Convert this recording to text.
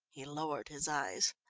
he lowered his eyes.